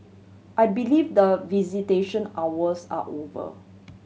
I believe the visitation hours are over